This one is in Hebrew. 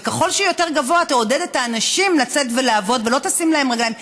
וככל שהוא יותר גבוה תעודד את האנשים לצאת ולעבוד ולא תשים להם רגליים,